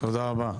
תודה רבה.